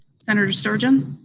senator sturgeon?